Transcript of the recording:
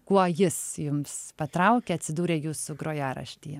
kuo jis jums patraukė atsidūrė jūsų grojaraštyje